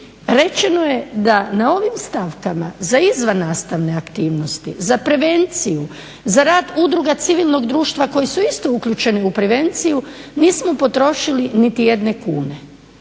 rečeno je da na ovim stavkama, za izvannastavne aktivnosti, za prevenciju, za rad udruga civilnog društva koji su isto uključeni u prevenciju, nismo potrošili niti jedne kune.